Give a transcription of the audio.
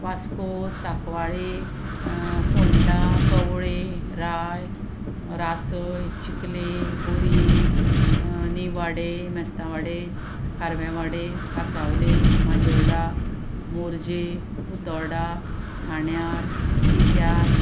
वास्को साकवाळें फोंडा कवळे राय रासय चिकले बोरये निवाडे मेस्तावडे खारव्या वाडे कासावलें माजोर्डा मोर्जे उतडा ठाण्यार तिठ्यार